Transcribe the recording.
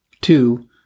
Two